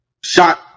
shot